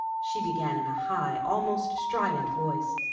she began in a high, almost strident voice,